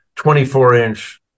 24-inch